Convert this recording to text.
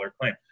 claim